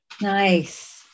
Nice